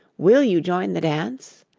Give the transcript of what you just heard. will you join the dance?